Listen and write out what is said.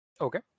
Okay